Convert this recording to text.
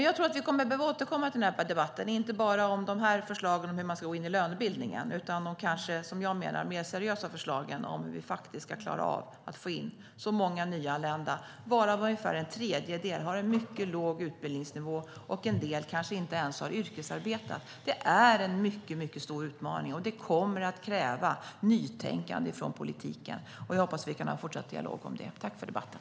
Jag tror att vi behöver återkomma till detta, inte bara till de här förslagen om att gå in i lönebildningen utan kanske till, som jag menar, mer seriösa förslag om hur vi faktiskt ska klara av att få in de många nyanlända, varav ungefär en tredjedel har en mycket låg utbildningsnivå och en del kanske inte ens har yrkesarbetat. Det är en mycket stor utmaning, och det kommer att kräva nytänkande i politiken. Jag hoppas att vi kan ha en fortsatt dialog om det. Tack för debatten!